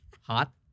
Hot